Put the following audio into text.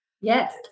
Yes